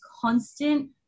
constant